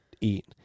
eat